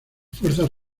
fuerzas